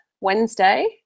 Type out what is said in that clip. Wednesday